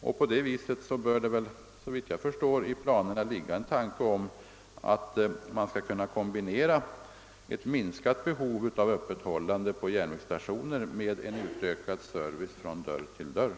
Följaktligen bör det, såvitt jag förstår, i planerna ligga en tanke om att ett minskat öppethållande på järnvägsstationer skall kunna kombineras med en utökad service från dörr till dörr.